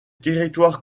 territoires